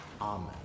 Amen